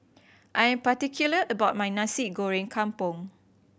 I am particular about my Nasi Goreng Kampung